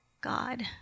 God